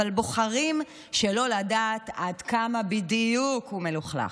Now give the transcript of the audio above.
אבל בוחרים שלא לדעת עד כמה בדיוק הוא מלוכלך.